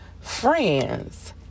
Friends